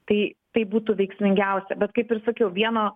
tai tai būtų veiksmingiausia bet kaip ir sakiau vieno